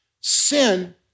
Sin